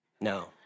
No